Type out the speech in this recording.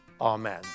Amen